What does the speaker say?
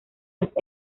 los